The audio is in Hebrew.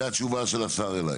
זה התשובה של השר אליי?